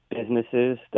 businesses